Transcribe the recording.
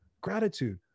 gratitude